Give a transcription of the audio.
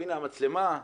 הנה המצלמה,